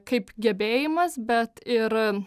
kaip gebėjimas bet ir